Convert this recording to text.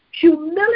Humility